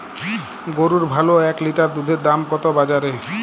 গরুর ভালো এক লিটার দুধের দাম কত বাজারে?